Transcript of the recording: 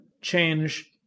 change